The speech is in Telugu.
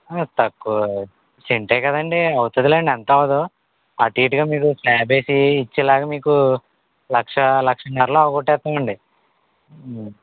ఆ తక్కువ సెంటె కదండి అవుతుంది లెండి అంత అవ్వదు అటు ఇటుగా స్లాబ్ వేసి ఇచ్చేలాగా మీకు లక్ష లక్షన్నరలో అవ్వగొట్టేస్తాను అండి